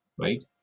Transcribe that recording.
right